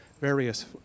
various